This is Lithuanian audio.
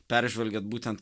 peržvelgiat būtent